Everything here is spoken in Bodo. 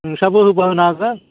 नोंसाबो होबा होनो हागोन